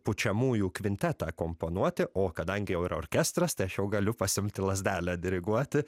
pučiamųjų kvintetą komponuoti o kadangi ir orkestras tai aš jau galiu pasiimti lazdelę diriguoti